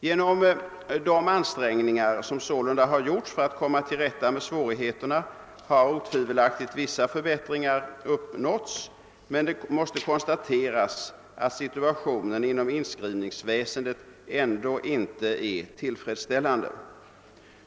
Genom de ansträngningar som sålunda gjorts för att komma till rätta med svårigheterna har otvivelaktigt vissa förbättringar uppnåtts, men det måste konstateras att situationen inom inskrivningsväsendet ändå inte är tillfredsställande.